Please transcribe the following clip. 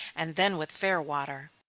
and then with fair water.